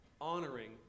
honoring